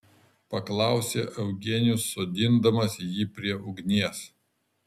paklausė eugenijus sodindamas jį prie ugnies